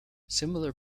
similar